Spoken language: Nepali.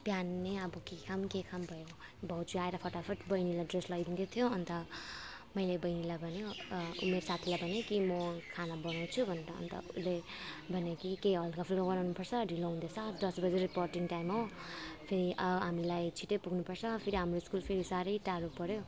बिहान नै अब के खाऊँ के खाऊँ भयो भाउजू आएर फटाफट बहिनीलाई ड्रेस लगाइदिँदै थियो अन्त मैले बहिनीलाई भन्यो मेरो साथीलाई भन्यो कि म खाना बनाउँछु भनेर अन्त उसले भन्यो कि केही हल्काफुल्का बनाउनुपर्छ ढिलो हुँदैछ दस बजी रिपोटिङ टाइम हो फेरि हामीलाई छिट्टै पुग्नुपर्छ फेरि हाम्रो स्कुल फेरि साह्रै टाढो पऱ्यो